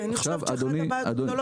אני חושבת שאחת הבעיות הגדולות,